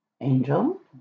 Angel